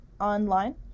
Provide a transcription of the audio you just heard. online